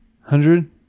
hundred